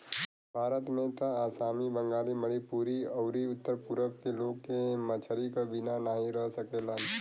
भारत में त आसामी, बंगाली, मणिपुरी अउरी उत्तर पूरब के लोग के मछरी क बिना नाही रह सकेलन